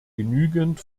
genügend